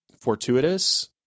fortuitous